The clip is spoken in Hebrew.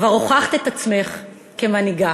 כבר הוכחת את עצמך כמנהיגה.